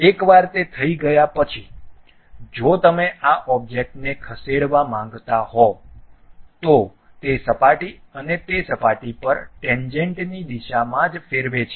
એકવાર તે થઈ ગયા પછી જો તમે આ ઓબ્જેક્ટને ખસેડવા માંગતા હો તો તે સપાટી અને તે સપાટી પર ટેન્જેન્ટ ની દિશામાં જ ફેરવે છે